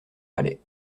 palais